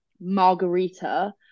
margarita